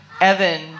Evan